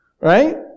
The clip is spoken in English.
Right